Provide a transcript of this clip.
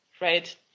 right